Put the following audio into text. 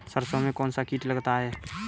सरसों में कौनसा कीट लगता है?